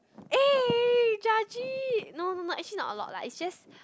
eh judgy no no no actually not a lot lah it's just